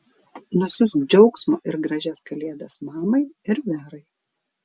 nusiųsk džiaugsmo ir gražias kalėdas mamai ir verai